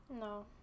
No